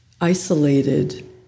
isolated